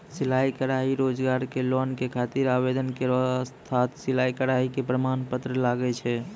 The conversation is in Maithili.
सिलाई कढ़ाई रोजगार के लोन के खातिर आवेदन केरो साथ सिलाई कढ़ाई के प्रमाण पत्र लागै छै?